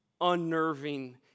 unnerving